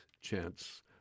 chance